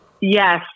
Yes